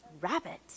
rabbit